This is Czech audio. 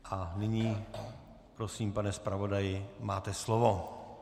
A nyní prosím, pane zpravodaji, máte slovo.